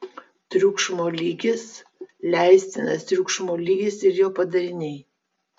triukšmo lygis leistinas triukšmo lygis ir jo padariniai